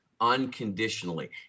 unconditionally